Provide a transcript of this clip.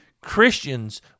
Christians